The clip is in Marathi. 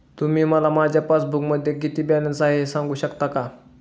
तुम्ही मला माझ्या पासबूकमध्ये किती बॅलन्स आहे हे सांगू शकता का?